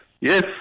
yes